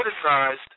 criticized